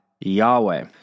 Yahweh